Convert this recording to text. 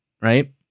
right